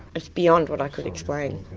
it's beyond what i could explain,